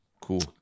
Cool